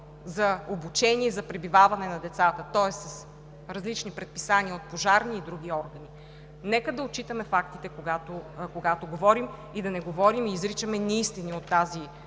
за обучение, за пребиваване на децата, тоест с различни предписания от пожарни и други органи. Нека да отчитаме фактите, когато говорим и да не говорим и изричаме неистини от тази